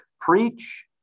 Preach